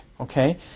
Okay